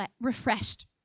refreshed